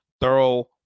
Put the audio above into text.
thorough